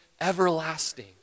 everlasting